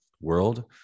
world